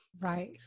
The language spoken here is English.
Right